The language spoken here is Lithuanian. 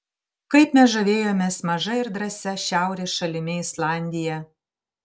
kaip mes žavėjomės maža ir drąsia šiaurės šalimi islandija